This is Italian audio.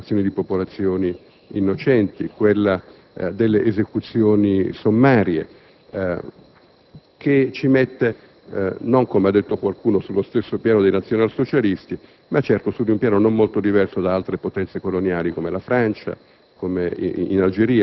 delle deportazioni di popolazioni innocenti, delle esecuzioni sommarie, che ci mette, non - come ha detto qualcuno - sullo stesso piano dei nazionalsocialisti, ma certamente su un piano non molto diverso da altre potenze coloniali (come la Francia